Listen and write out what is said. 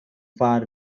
far